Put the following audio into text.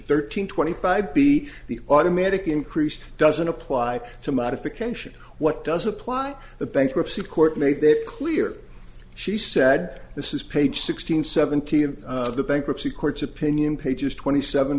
thirteen twenty five b the automatic increased doesn't apply to modification what does apply the bankruptcy court made clear she said this is page sixteen seventeen of the bankruptcy courts opinion pages twenty seven